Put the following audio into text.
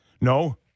No